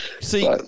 See